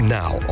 now